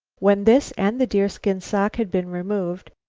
when this and the deerskin sock had been removed,